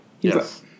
Yes